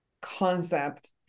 concept